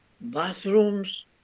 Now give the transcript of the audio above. bathrooms